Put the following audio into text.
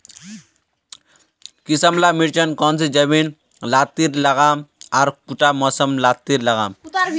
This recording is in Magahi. किसम ला मिर्चन कौन जमीन लात्तिर लगाम आर कुंटा मौसम लात्तिर लगाम?